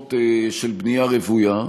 לשכונות של בנייה רוויה,